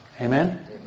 Amen